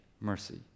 Mercy